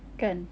kan